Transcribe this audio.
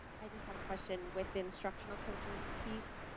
i just have a question with instructional coaches piece.